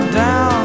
down